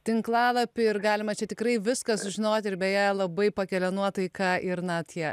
tinklalapį ir galima čia tikrai viską sužinot ir beje labai pakelia nuotaiką ir na tie